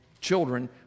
children